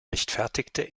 rechtfertigte